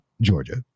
Georgia